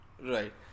Right